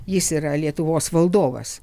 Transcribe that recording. jis yra lietuvos valdovas